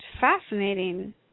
fascinating